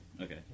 Okay